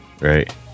Right